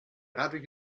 radweg